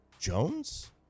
Jones